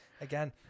again